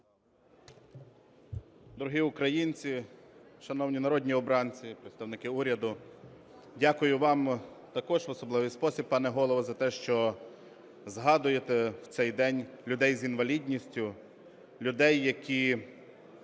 Дорогі українці, шановні народні обранці, представники уряду! Дякую вам також в особливий спосіб, пане Голово, за те, що згадуєте в цей день людей з інвалідністю, людей, які